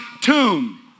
tomb